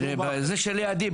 ובזה שלידי,